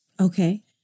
Okay